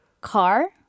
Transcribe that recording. car